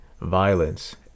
violence